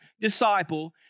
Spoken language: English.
disciple